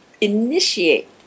initiate